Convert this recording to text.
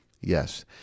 yes